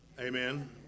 Amen